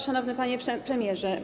Szanowny Panie Premierze!